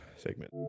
segment